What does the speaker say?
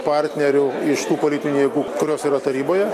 partnerių iš tų politinių jėgų kurios yra taryboje